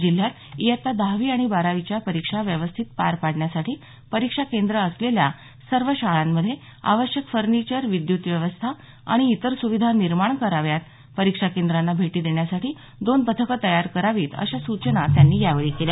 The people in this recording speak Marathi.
जिल्ह्यात इयत्ता दहावी आणि बारावीच्या परीक्षा व्यवस्थित पार पाडण्यासाठी परीक्षा केंद्र असलेल्या सर्व शाळांमध्ये आवश्यक फर्निचर विद्युत व्यवस्था इतर सुविधा निर्माण कराव्यात परीक्षा केंद्रांना भेटी देण्यासाठी दोन पथकं तयार करावीत अशा सूचना त्यांनी यावेळी केल्या